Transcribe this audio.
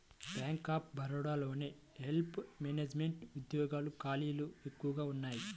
bank of బరోడాలోని wealth management ఉద్యోగాల ఖాళీలు ఎక్కువగా ఉన్నయ్యి